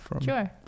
Sure